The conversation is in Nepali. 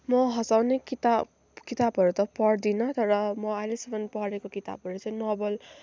म हँसाउने किताब किताबहरू त पढ्दिनँ तर म अहिलेसम्म पढेको किताबहरू चाहिँ नोभल